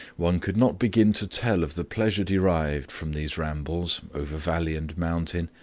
one could not begin to tell of the pleasure derived from these rambles over valley and mountain,